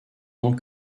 tant